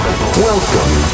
Welcome